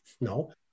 no